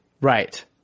right